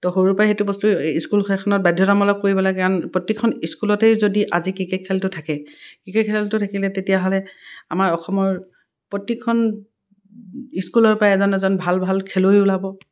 তো সৰুৰপৰাই সেইটো বস্তু স্কুলখনত বাধ্যতামূলক কৰিব লাগে কাৰণ প্ৰত্যেকখন স্কুলতেই যদি আজি ক্ৰিকেট খেলটো থাকে ক্ৰিকেট খেলটো থাকিলে তেতিয়াহ'লে আমাৰ অসমৰ প্ৰত্যেকখন স্কুলৰপৰাই এজন এজন ভাল ভাল খেলুৱৈ ওলাব